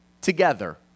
together